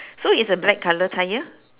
so it's a black colour tyre